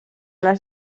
les